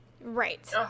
Right